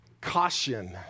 Caution